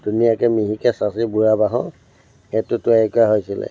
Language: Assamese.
ধুনীয়াকৈ মিহিকৈ চাঁচি বুৰা বাঁহৰ সেইটো তৈয়াৰী কৰা হৈছিলে